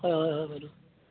হয় হয় হয়